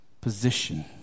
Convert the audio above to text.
position